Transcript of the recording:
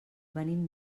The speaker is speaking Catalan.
venim